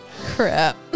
Crap